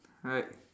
alright